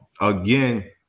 again